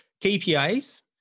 KPIs